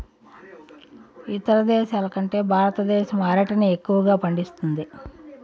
ఇతర దేశాల కంటే భారతదేశం అరటిని ఎక్కువగా పండిస్తుంది